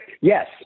Yes